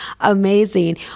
amazing